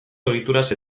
egituraz